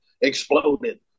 exploded